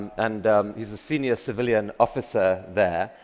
and he's a senior civilian officer there,